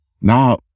Now